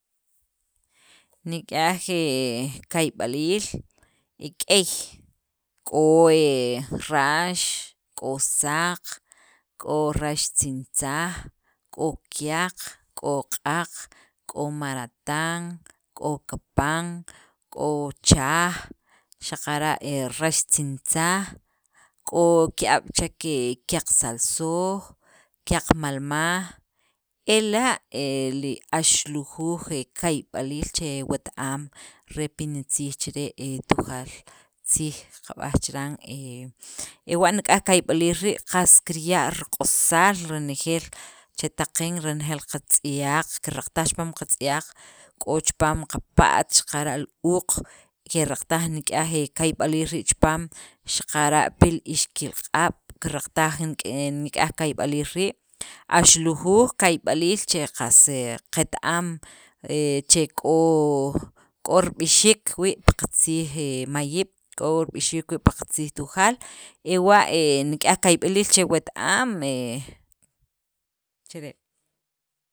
Nik'yaj he kayb'aliil e k'ey, k'o he rax, k'o saq, k'o raxtzintzaj, k'o kyaq, k'o q'aq, k'o maratan, k'o kapan, k'o chaj, xaqara' he raxtzintzaj, k'o ki'ab' chek he kyaqsalsooj, kiyaqmalmaj ela' li axlujuuj he kayb'aliil che wet- am, re pi nitziij chire' he Tujaal tziij qab'aj chiran, he ewa' nik'yaj kayb'aliil rii', kirya' riq'osal renejeel chetaq qeen, renejeel qatz'yaq, kiraqtaj chipaam li qatz'yaq k'o chipaam qapa't xaqara' li uuq keraqtaj nik'yaj kayb'aliil rii' chipaam, xaqara' pi li ixkiqilq'ab' kiraqtaj nik'yaj kayb'aliil rii' axlujuuj kayb'aliil che qas qet- am he che k'o rib'ixiik wii' pi qatziij he mayiib', k'o wii' ribixiik pi qatziij Tujaal ewa' he nik'yaj kayb'aliil che wet- am, chire'.